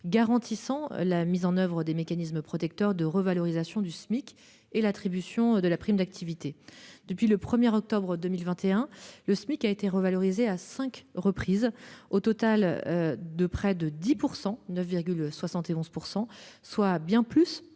garantissant la mise en oeuvre des mécanismes protecteurs de revalorisation du Smic. Il privilégie également l'attribution de la prime d'activité. Depuis le 1 octobre 2021, le Smic a été revalorisé à cinq reprises, au total de près de 10 %- 9,71 %-, soit bien plus